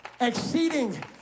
exceeding